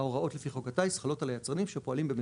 ההוראות לפי חוק הטייס חלות על היצרנים שפועלים במדינת ישראל.